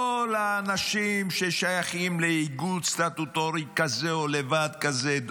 כל האנשים ששייכים לאיגוד סטטוטורי כזה או לוועד כזה,